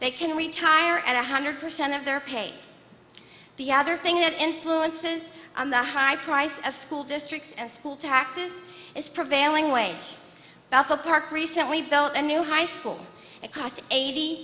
they can retire at a hundred percent of their pay the other thing that influences on the high price of school districts and school taxes is prevailing wage that the park recently built a new high school it cost eighty